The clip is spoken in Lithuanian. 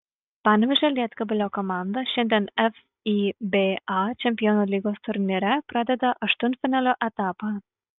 panevėžio lietkabelio komanda šiandien fiba čempionų lygos turnyre pradeda aštuntfinalio etapą